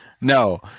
No